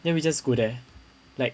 then we just go there like